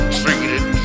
treated